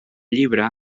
llibre